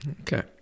Okay